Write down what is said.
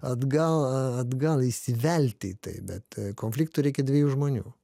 atgal atgal įsivelti į tai bet konfliktui reikia dviejų žmonių